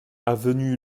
avenue